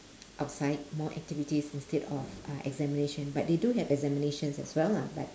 outside more activities instead of uh examination but they do have examinations as well lah but